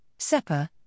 SEPA